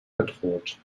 bedroht